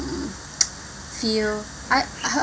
feel I I